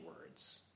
words